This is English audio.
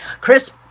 Chris